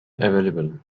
available